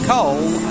Cole